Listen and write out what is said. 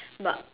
but